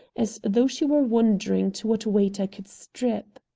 as though she were wondering to what weight i could strip.